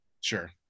sure